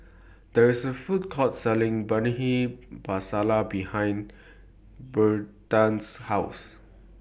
There IS A Food Court Selling Bhindi Masala behind Berta's House